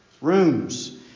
rooms